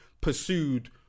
pursued